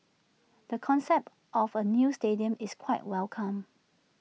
the concept of A new stadium is quite welcome